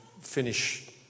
finish